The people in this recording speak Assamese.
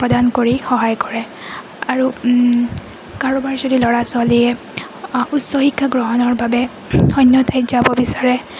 প্ৰদান কৰি সহায় কৰে আৰু কাৰোবাৰ যদি ল'ৰা ছোৱালীয়ে উচ্চ শিক্ষা গ্ৰহণৰ বাবে অন্য ঠাইত যাব বিচাৰে